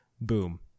Boom